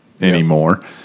anymore